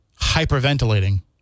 hyperventilating